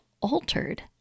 altered